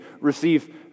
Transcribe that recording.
receive